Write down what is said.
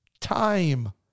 time